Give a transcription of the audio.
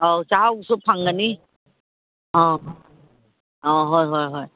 ꯑꯥꯎ ꯆꯥꯍꯥꯎꯁꯨ ꯐꯪꯒꯅꯤ ꯑꯥ ꯑꯥ ꯍꯣꯏ ꯍꯣꯏ ꯍꯣꯏ